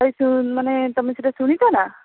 ଭାଇ ମାନେ ତମେ ସେଇଟା ଶୁଣିଛ ନା